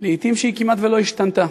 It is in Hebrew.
לעתים שהיא כמעט לא השתנתה.